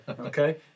Okay